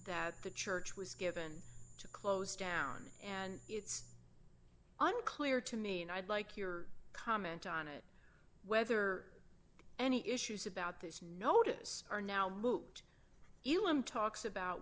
that the church was given to close down and it's unclear to me and i'd like your comment on it whether any issues about this notice are now moot even talks about